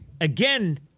again